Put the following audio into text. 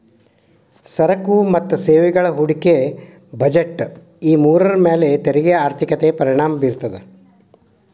ಸರಕು ಮತ್ತ ಸೇವೆಗಳ ಹೂಡಿಕೆ ಬಜೆಟ್ ಈ ಮೂರರ ಮ್ಯಾಲೆ ತೆರಿಗೆ ಆರ್ಥಿಕತೆ ಪರಿಣಾಮ ಬೇರ್ತದ